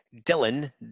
Dylan